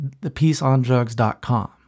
thepeaceondrugs.com